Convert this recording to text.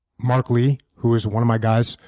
mark lee, who is one of my guys,